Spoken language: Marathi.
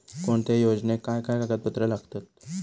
कोणत्याही योजनेक काय काय कागदपत्र लागतत?